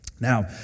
Now